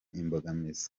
imbogamizi